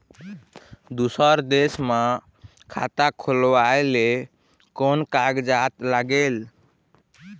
दूसर देश मा खाता खोलवाए ले कोन कागजात लागेल?